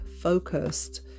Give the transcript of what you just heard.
focused